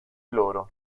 loro